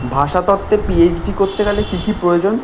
ভাষাতত্ত্বে PhD করতে গেলে কী কী প্রয়োজন